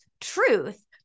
truth